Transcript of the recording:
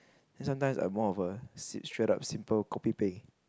then sometimes I'm more of a shred up simple kopi peng